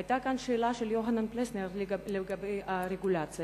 היתה כאן שאלה של יוחנן פלסנר לגבי הרגולציה.